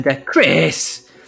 Chris